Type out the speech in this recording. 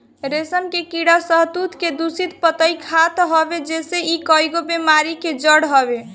रेशम के कीड़ा शहतूत के दूषित पतइ खात हवे जेसे इ कईगो बेमारी के जड़ हवे